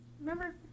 Remember